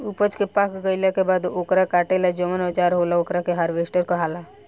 ऊपज के पाक गईला के बाद ओकरा काटे ला जवन औजार होला ओकरा के हार्वेस्टर कहाला